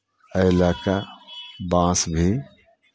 एहि लए कऽ बाँस भी